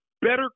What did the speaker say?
better